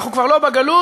אנחנו כבר לא בגלות,